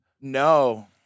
No